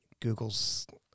Googles